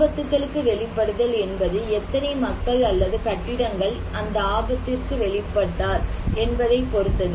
ஆபத்துகளுக்கு வெளிப்படுதல் என்பது எத்தனை மக்கள் அல்லது கட்டிடங்கள் அந்த ஆபத்திற்கு வெளிப்பட்டார் என்பதை பொறுத்தது